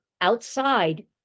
outside